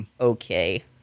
okay